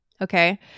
Okay